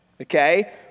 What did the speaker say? Okay